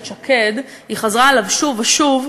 שקד, היא חזרה עליו שוב ושוב,